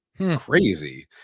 crazy